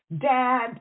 Dad